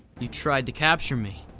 you tried to capture me,